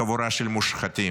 חבורה של מושחתים.